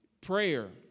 Prayer